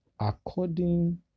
according